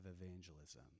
evangelism